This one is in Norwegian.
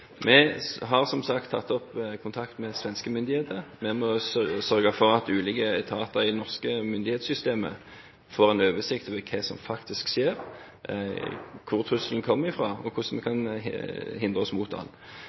Vi har, som sagt, tatt opp kontakten med svenske myndigheter. Vi må sørge for at ulike etater i det norske myndighetssystemet får en oversikt over hva som faktisk skjer, hvor trusselen kommer fra, og hvordan vi kan hindre